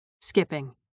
skipping